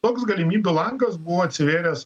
toks galimybių langas buvo atsivėręs